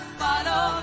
follow